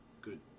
good